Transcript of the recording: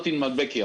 not in my backyard.